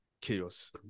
chaos